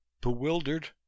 bewildered